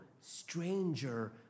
stranger